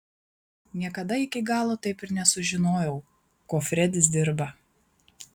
niekada iki galo taip ir nesužinojau kuo fredis dirba